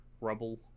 rubble